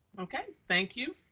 okay. thank you.